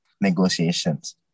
negotiations